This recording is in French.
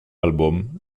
album